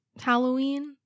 Halloween